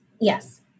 Yes